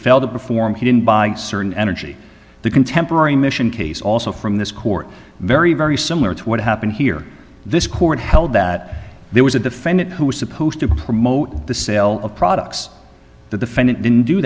and he didn't buy certain energy the contemporary mission case also from this court very very similar to what happened here this court held that there was a defendant who was supposed to promote the sale of products the defendant didn't do